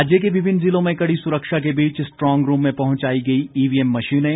राज्य के विभिन्न जिलों में कड़ी सुरक्षा के बीच स्ट्रॉन्ग रूम में पहुंचाई गई ईवीएम मशीनें